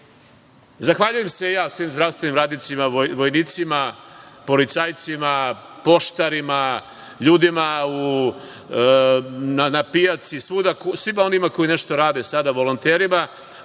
odbijeno. Zahvaljujem se ja svim zdravstvenim radnicima, vojnicima, policajcima, poštarima, ljudima na pijaci, svima onima koji nešto rade sada, volonterima,